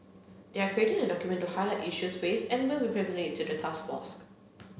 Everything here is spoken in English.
they are creating a document to highlight issues faced and will be presenting it to the task force